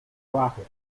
abajo